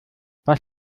was